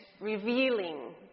revealing